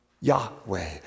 Yahweh